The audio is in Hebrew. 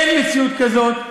אין מציאות כזאת.